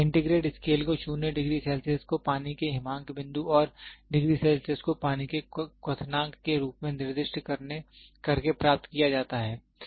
centigrade scale को 0 degree Celsius को पानी के हिमांक बिंदु और 100 डिग्री सेल्सियस को पानी के क्वथनांक के रूप में निर्दिष्ट करके प्राप्त किया जाता है